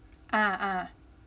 ah ah